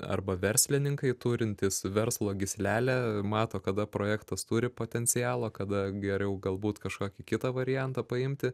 arba verslininkai turintys verslo gyslelę mato kada projektas turi potencialą kada geriau galbūt kažkokį kitą variantą paimti